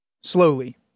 Slowly